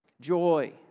Joy